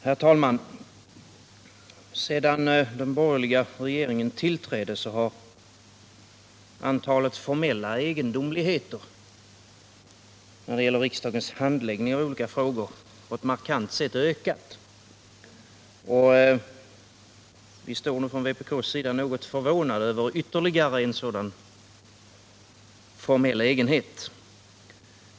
Herr talman! Sedan den borgerliga regeringen tillträdde har antalet formella egendomligheter när det gäller riksdagens handläggning av olika frågor på ett markant sätt ökat. Från vpk:s sida står vi nu något förvånade över ytterligare en sådan formell egenhet.